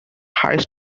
highest